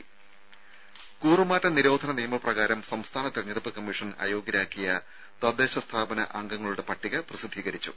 ടെട കൂറുമാറ്റ നിരോധന നിയമപ്രകാരം സംസ്ഥാന തെരഞ്ഞെടുപ്പ് കമ്മീഷൻ അയോഗ്യരാക്കിയ തദ്ദേശ സ്ഥാപന അംഗങ്ങളുടെ പട്ടിക പ്രസിദ്ധീകരിച്ചു